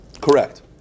Correct